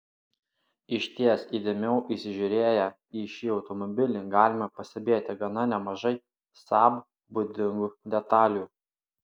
išties įdėmiau įsižiūrėję į šį automobilį galime pastebėti gana nemažai saab būdingų detalių